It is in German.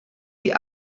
die